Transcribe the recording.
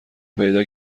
پیدا